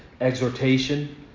exhortation